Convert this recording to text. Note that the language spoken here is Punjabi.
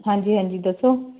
ਹਾਂਜੀ ਹਾਂਜੀ ਦੱਸੋ